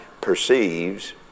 perceives